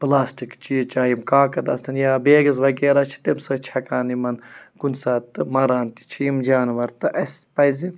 plastic چیٖز چاہے یِم کاکَد آسیٚن یا بیگٕز وَغیرہ چھِ تَمہِ سۭتۍ چھُ ہیٚکان یِمَن کُنہِ ساتہٕ تہٕ مَران تہِ چھِ یِم جانوَر تہٕ اسہِ پَزِ